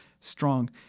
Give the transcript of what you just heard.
strong